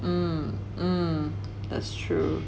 mm mm that's true